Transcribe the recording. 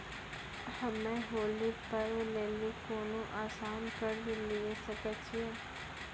हम्मय होली पर्व लेली कोनो आसान कर्ज लिये सकय छियै?